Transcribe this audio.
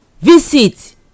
visit